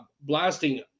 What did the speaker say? blasting